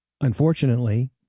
Unfortunately